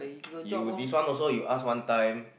you this one also ask one time